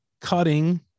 cutting